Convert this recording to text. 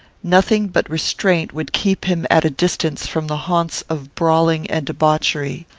nothing but restraint would keep him at a distance from the haunts of brawling and debauchery.